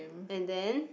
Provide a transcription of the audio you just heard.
and then